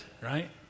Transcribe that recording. right